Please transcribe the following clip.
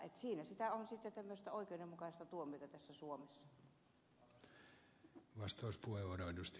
siinä sitä on sitten oikeudenmukaista oikeuskäytäntöä täällä suomessa